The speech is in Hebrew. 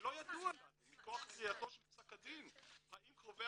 ולא ידוע לנו מכח -- -של פסק הדין האם קרובי